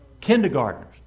Kindergartners